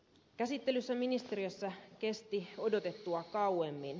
käsittely ministeriössä kesti odotettua kauemmin